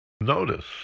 notice